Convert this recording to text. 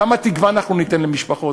כמה תקווה אנחנו ניתן למשפחות,